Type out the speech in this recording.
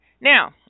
Now